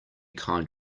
kind